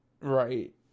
Right